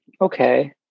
okay